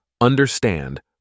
understand